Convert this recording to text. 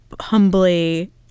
humbly